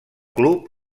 club